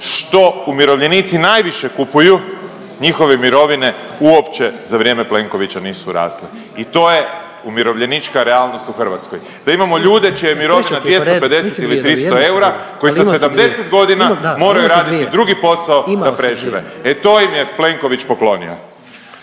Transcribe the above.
što umirovljenici najviše kupuju njihove mirovine uopće za vrijeme Plenkovića nisu rasle i to je umirovljenička realnost u Hrvatskoj. Da imamo ljude čija je mirovina 250 ili 300 eura, koji imaju 70 godina moraju raditi drugi posao da prežive. E to im je Plenković poklonio.